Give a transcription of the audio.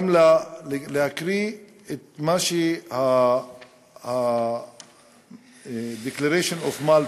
גם להקריא את מה שה-Declaration of Malta,